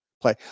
play